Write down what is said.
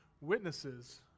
witnesses